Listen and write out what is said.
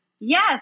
Yes